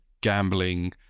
gambling